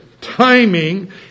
timing